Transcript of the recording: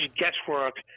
guesswork